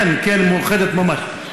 כן, כן, מאוחדת ממש.